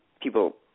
people